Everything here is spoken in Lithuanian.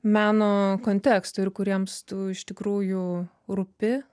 meno konteksto ir kuriems tu iš tikrųjų rūpi